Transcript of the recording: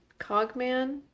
Cogman